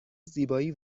زیبایی